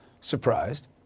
Surprised